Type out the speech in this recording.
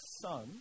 son